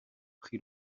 prix